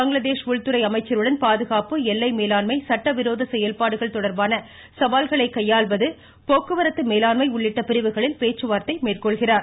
பங்களாதேஷ் உள்துறை அமைச்சருடன் பாதுகாப்பு எல்லை மேலாண்மை சட்டவிரோத செயல்பாடுக தொடர்பான சவால்களை கையாள்வது போக்குவரத்து மேலாண்மை உள்ளிட்ட பிரிவுகளில் பேச்சு வார்த்தைகளை மேற்கொள்கிறார்